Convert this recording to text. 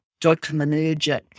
dopaminergic